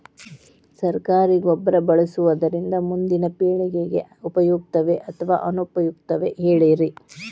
ಸರಕಾರಿ ಗೊಬ್ಬರ ಬಳಸುವುದರಿಂದ ಮುಂದಿನ ಪೇಳಿಗೆಗೆ ಉಪಯುಕ್ತವೇ ಅಥವಾ ಅನುಪಯುಕ್ತವೇ ಹೇಳಿರಿ